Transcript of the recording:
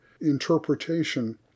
interpretation